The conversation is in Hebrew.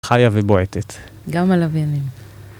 חיה ובועטת. גם הלוויינים.